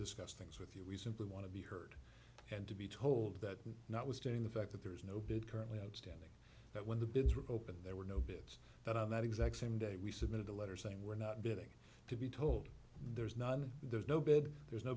discuss things with you we simply want to be heard and to be told that notwithstanding the fact that there is no bid currently outstanding that when the bids were opened there were no bids that on that exact same day we submitted a letter saying we're not bidding to be told there's not there's no bid there's no